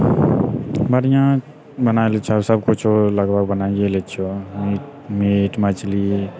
बढ़िआँ बना लै छिऔ आब सब किछु लगभग बनाइए लै छिऔ मीट मछली